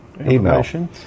email